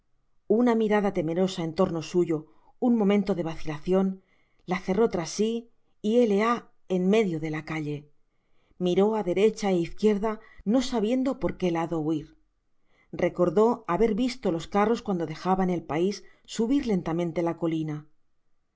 una mirada temerosa en torno suyo un momento de vacilacion la cerró tras siyheleah en medio de la calle miró á derecha é izquierda no sabiendo por que lado huir recordó haber visto los carros cuando dejaban el pais subir lentamente la colina